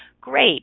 Great